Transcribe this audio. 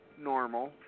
normal